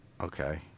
Okay